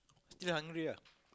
still hungry ah